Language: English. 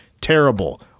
Terrible